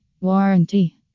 Warranty